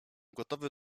gotowy